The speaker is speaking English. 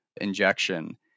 injection